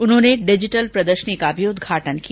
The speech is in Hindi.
उन्होंने डिजिटल प्रदर्शनी का भी उद्घाटन किया